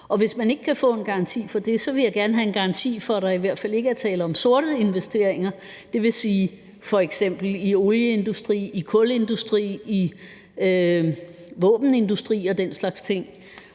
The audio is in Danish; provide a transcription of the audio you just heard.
og hvis man ikke kan få en garanti for det, vil jeg gerne have en garanti for, at der i hvert fald ikke er tale om sorte investeringer – det vil f.eks. sige i olieindustri, i kulindustri, i våbenindustri og den slags ting.